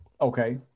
okay